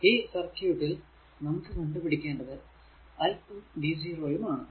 ഈ സർക്യൂട് ൽ നമുക്ക് കണ്ടു പിടിക്കേണ്ടത് i ഉം v0 യും ആണ്